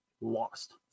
lost